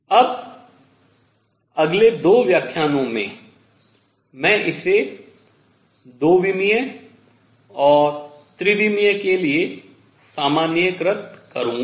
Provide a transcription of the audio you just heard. अब अगले दो व्याख्यानों में मैं इसे द्विविमीयऔर त्रिविमीय के लिए सामान्यीकृत करूंगा